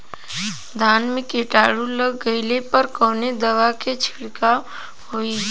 धान में कीटाणु लग गईले पर कवने दवा क छिड़काव होई?